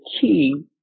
key